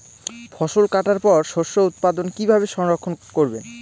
ফসল কাটার পর শস্য উৎপাদন কিভাবে সংরক্ষণ করবেন?